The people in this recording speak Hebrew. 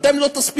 אתם לא תספיקו,